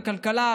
הכלכלה,